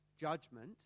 Judgment